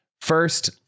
First